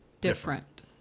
different